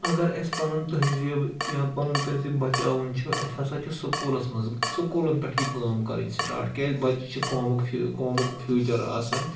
اگر اَسہِ پَنُن تہذیٖب یا پَنُن تہذیٖب بَچاوُن چھُ اَسہِ ہَسا چھِ سکوٗلَس منٛز سکوٗلَن پٮ۪ٹھٕے کٲم کَرٕنۍ سِٹاٹ کیازِ بَچہِ چھِ قومُک فیو قومُک فیوٗچَر آسان